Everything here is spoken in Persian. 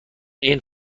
این